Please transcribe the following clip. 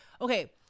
Okay